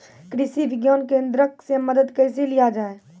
कृषि विज्ञान केन्द्रऽक से मदद कैसे लिया जाय?